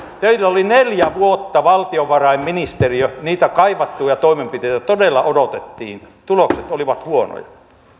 teillä oli neljä vuotta valtiovarainministeriö niitä kaivattuja toimenpiteitä todella odotettiin tulokset olivat huonoja